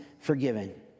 forgiven